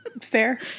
Fair